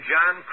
John